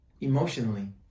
emotionally